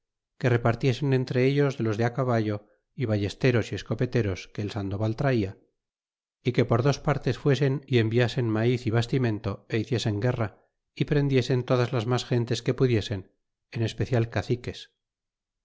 que repartiesen entre ellos de los de caballo y ballesteros y escopeteros que el sandoval traia é que por dos partes fuesen é enviasen maiz bastimento é hiciesen guerra é prendiesen todas las mas gentes que pudiesen en especial caciques